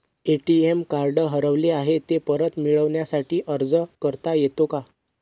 ATM card हरवले आहे, ते परत मिळण्यासाठी अर्ज करता येतो का?